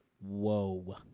Whoa